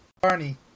Barney